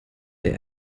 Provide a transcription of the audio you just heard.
der